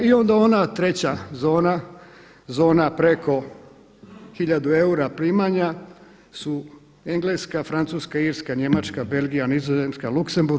I onda ona treća zona, zona preko hiljadu eura primanja su Engleska, Francuska, Irska, Njemačka, Belgija, Nizozemska, Luksemburg.